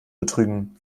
betrügen